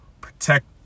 protect